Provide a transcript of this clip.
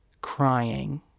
crying